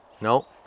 No